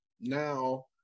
now